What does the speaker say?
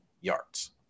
yards